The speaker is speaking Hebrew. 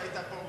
אתה היית פה,